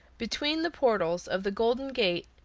between the portals of the golden gate,